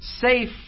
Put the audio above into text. safe